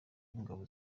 w’ingabo